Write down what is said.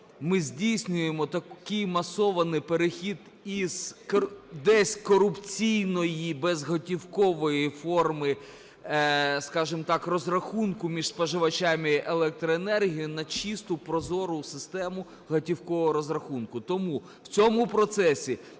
ми здійснюємо такий масований перехід із десь корупційної безготівкової форми, скажемо так, розрахунку між споживачам електроенергії на чисту, прозору систему готівкового розрахунку. Тому в цьому процесі